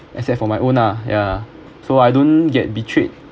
except for my own lah ya so I don't get betrayed